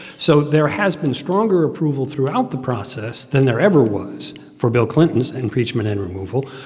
so there has been stronger approval throughout the process than there ever was for bill clinton's impeachment and removal,